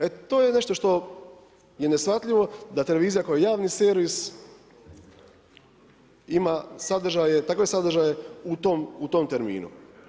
E to je nešto što je neshvatljivo da televizija kao javni servis ima sadržaje, takve sadržaje u tom terminu.